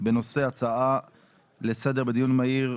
הצעה לסדר בדיון מהיר,